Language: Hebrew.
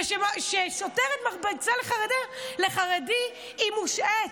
וכששוטרת מרביצה לחרדי היא מושעית.